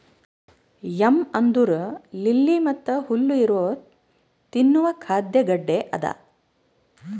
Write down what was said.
M ಅಂದುರ್ lily ಮತ್ತ ಹುಲ್ಲು ಇರೊ ತಿನ್ನುವ ಖಾದ್ಯ ಗಡ್ಡೆ ಅದಾ